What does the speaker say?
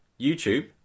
YouTube